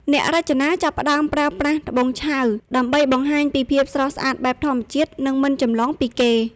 អ្នករចនាចាប់ផ្ដើមប្រើប្រាស់ "ត្បូងឆៅ" ដើម្បីបង្ហាញពីភាពស្រស់ស្អាតបែបធម្មជាតិ និងមិនចម្លងពីគេ។